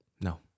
No